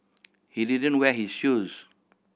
he didn't wear his shoes